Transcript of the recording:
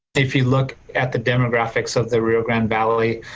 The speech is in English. if you look at the demographics of the rio grande valley.